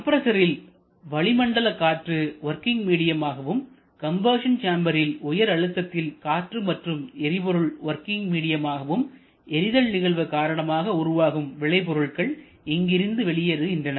கம்ப்ரஸரில் வளிமண்டல காற்று working medium ஆகவும் கம்பஷன் சேம்பரில் உயர் அழுத்தத்தில் காற்று மற்றும் எரிபொருள் வொர்கிங் மீடியம் ஆகவும் எரிதல் நிகழ்வு காரணமாக உருவாகும் விளைபொருள்கள் இங்கிருந்து வெளியேறுகின்றன